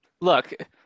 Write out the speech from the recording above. Look